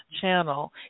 channel